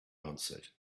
answered